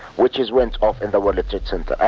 which is went off in the world trade center.